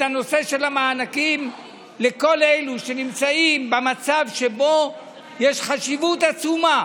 את הנושא של המענקים לכל אלה שנמצאים במצב שבו יש חשיבות עצומה